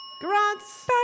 Grants